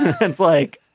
ah since like.